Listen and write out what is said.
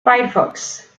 firefox